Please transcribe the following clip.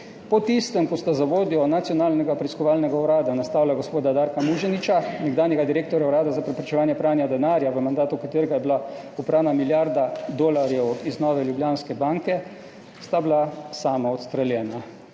Po tistem, ko sta za vodjo Nacionalnega preiskovalnega urada nastavila gospoda Darka Muženiča, nekdanjega direktorja Urada za preprečevanje pranja denarja, v mandatu čigar je bila oprana milijarda dolarjev iz Nove Ljubljanske banke, sta bila sama odstreljena.